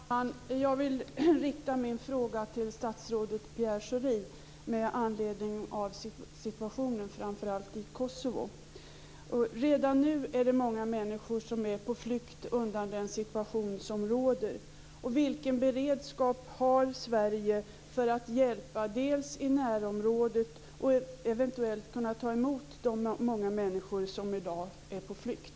Fru talman! Jag vill rikta min fråga till statsrådet Pierre Schori med anledning av framför allt situationen i Kosovo. Redan nu är det många människor som är på flykt undan den situation som råder. Vilken beredskap har Sverige för att dels hjälpa i närområdet, dels eventuellt ta emot de många människor som i dag är på flykt?